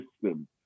system